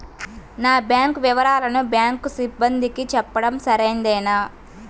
నా బ్యాంకు వివరాలను బ్యాంకు సిబ్బందికి చెప్పడం సరైందేనా?